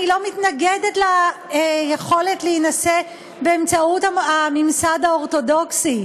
אני לא מתנגדת ליכולת להינשא באמצעות הממסד האורתודוקסי,